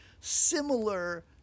similar